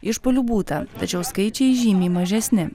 išpuolių būta tačiau skaičiai žymiai mažesni